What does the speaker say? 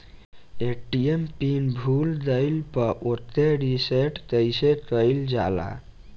ATM pin भूल गईल पर ओके रीसेट कइसे कइल जाला?